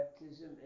baptism